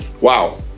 Wow